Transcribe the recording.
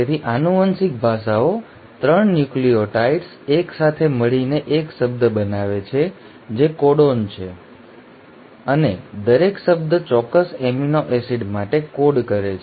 તેથી આનુવંશિક ભાષાઓ 3 ન્યુક્લિઓટાઇડ્સ એક સાથે મળીને એક શબ્દ બનાવે છે જે કોડોન છે અને દરેક શબ્દ ચોક્કસ એમિનો એસિડ માટે કોડ કરે છે